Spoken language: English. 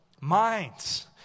Minds